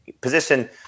position